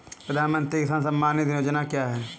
प्रधानमंत्री किसान सम्मान निधि योजना क्या है?